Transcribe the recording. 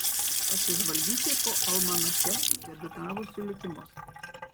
pasižvalgyti po almanache debiutavusių likimus